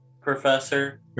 professor